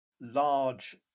large